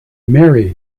merry